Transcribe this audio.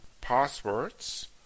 passwords